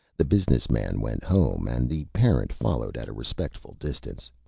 the business man went home, and the parent followed at a respectful distance,